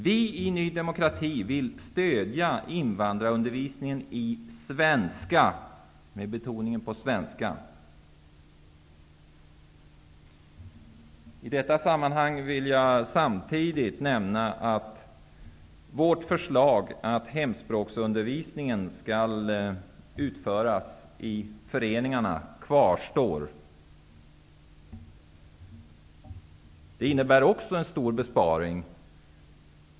Vi i Ny demokrati vill stödja invandrarundervisningen i svenska, med betoningen på svenska. I detta sammanhang vill jag även nämna att vårt förslag att hemspråksundervisningen skall ske i föreningarna kvarstår. Det innebär också en stor besparing.